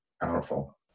powerful